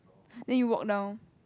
then you walk down